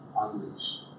unleashed